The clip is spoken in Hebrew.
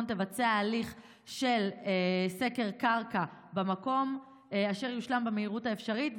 תבצע הליך של סקר קרקע במקום אשר יושלם במהירות האפשרית,